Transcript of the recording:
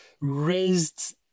raised